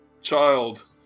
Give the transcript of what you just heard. Child